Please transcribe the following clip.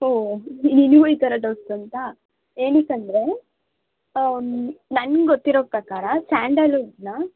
ಓಹ್ ನಿನಗೂ ಈ ಥರ ಡೌಟ್ಸ್ ಬಂತಾ ಏನಕ್ಕಂದ್ರೆ ನನ್ಗೆ ಗೊತ್ತಿರೋ ಪ್ರಕಾರ ಸ್ಯಾಂಡಲ್ವುಡ್ನ